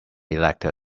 elected